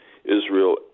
Israel